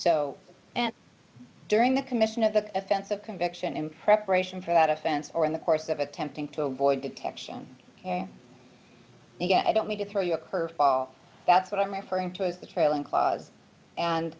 so and during the commission of the offense a conviction in preparation for that offense or in the course of attempting to avoid detection again i don't mean to throw you a curve ball that's what i'm referring to as the trailing clause and